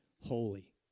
holy